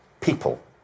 people